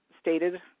stated